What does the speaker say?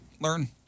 Learn